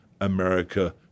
America